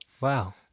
Wow